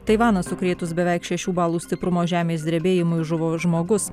taivaną sukrėtus beveik šešių balų stiprumo žemės drebėjimui žuvo žmogus